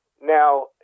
Now